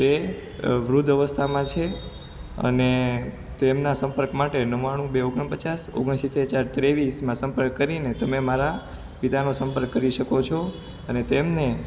તે વૃદ્ધ અવસ્થામાં છે અને તેમના સંપર્ક માટે નવાણું બે ઓગણપચાસ ઓગણસિતેર ચાર ત્રેવીસમાં સંપર્ક કરીને તમે મારા પિતાનો સંપર્ક કરી શકો છો અને તેમને